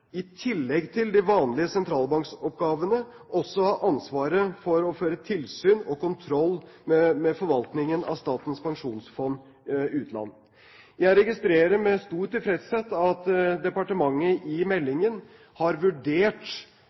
i tillegg til de vanlige sentralbankoppgavene, også å ha ansvaret for å føre tilsyn og kontroll med forvaltningen av Statens pensjonsfond utland. Jeg registrerer med stor tilfredshet at departementet i meldingen har vurdert